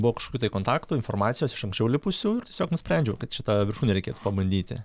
buvo kažkokių tai kontaktų informacijos iš anksčiau lipusių tiesiog nusprendžiau kad šitą viršūnę reikėtų pabandyti